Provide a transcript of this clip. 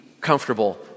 comfortable